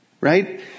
right